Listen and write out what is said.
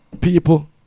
People